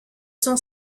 sont